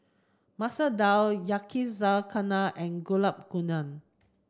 Masoor Dal Yakizakana and Gulab Gamun